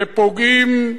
ופוגעים,